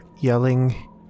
yelling